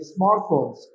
smartphones